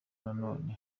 nanone